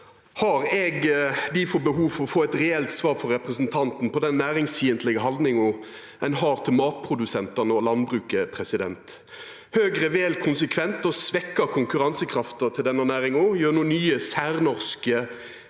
har eg difor behov for å få eit reelt svar frå representanten om den næringsfiendtlege haldninga ein har til matprodusentane og landbruket. Høgre vel konsekvent å svekkja konkurransekrafta til denne næringa gjennom nye særnorske